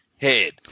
head